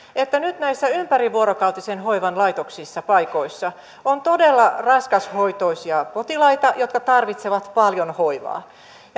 että nyt näissä ympärivuorokautisen hoivan laitoksissa paikoissa on todella raskashoitoisia potilaita jotka tarvitsevat paljon hoivaa